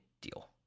deal